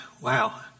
wow